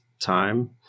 time